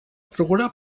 programa